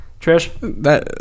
Trish